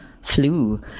flu